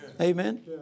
Amen